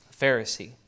Pharisee